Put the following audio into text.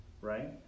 right